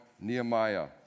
Nehemiah